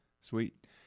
sweet